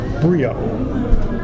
brio